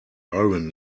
iron